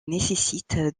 nécessite